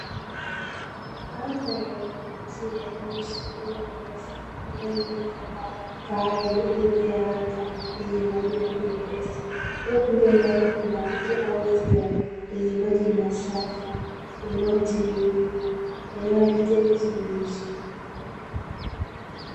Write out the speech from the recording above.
Mandhari ya kuvutia inayoonesha mlima mrefu unaoinuka kwa ufahari dhidi ya anga lenye mawingu mepesi, huku mbele yake kuna mto au ziwa lenye maji masafi yanayotiririka eneo la kijani kibichi.